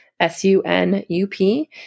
S-U-N-U-P